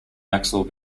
axle